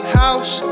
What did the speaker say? house